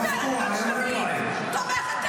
חבר הכנסת גלעד קריב, אתה בקריאה ראשונה.